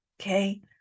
Okay